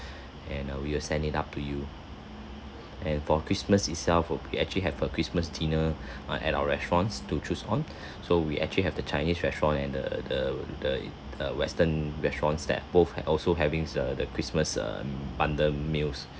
and uh we will send it up to you and for christmas itself uh we actually have a christmas dinner uh at our restaurants to choose on so we actually have the chinese restaurant and the the the the western restaurants that both had also having the the christmas err bundle meals